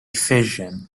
fission